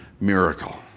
miracle